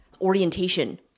orientation